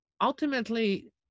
ultimately